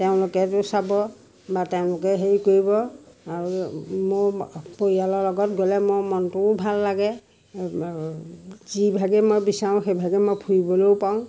তেওঁলোকেতো চাব বা তেওঁলোকে হেৰি কৰিব আৰু মোৰ পৰিয়ালৰ লগত গ'লে মোৰ মনটোও ভাল লাগে যিভাগে মই বিচাৰোঁ সেইভাগে মই ফুৰিবলৈও পাওঁ